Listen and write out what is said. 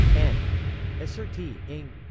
and asserti ng.